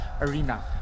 arena